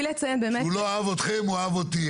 כשהוא לא אהב אתכם, הוא אהב אותי.